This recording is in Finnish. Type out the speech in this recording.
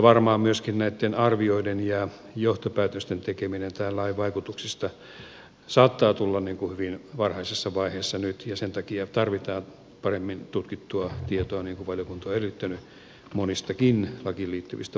varmaan myöskin näitten arvioiden ja johtopäätösten tekeminen tämän lain vaikutuksista saattaa tulla hyvin varhaisessa vaiheessa nyt ja sen takia tarvitaan paremmin tutkittua tietoa niin kuin valiokunta on edellyttänyt monistakin lakiin liittyvistä vaikutuksista